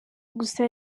gusa